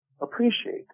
appreciate